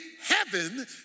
heaven